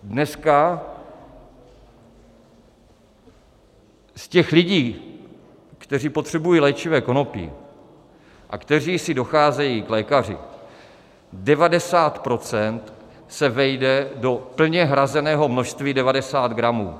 Dneska z lidí, kteří potřebují léčivé konopí a kteří si docházejí k lékaři, se 90 % vejde do plně hrazeného množství 90 gramů.